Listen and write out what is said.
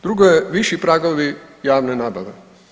Drugo je viši pragovi javne nabave.